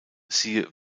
siehe